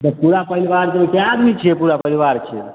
जब पूरा परिवार जयबै कै आदमी छियै पूरा परिवार छियै